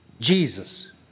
Jesus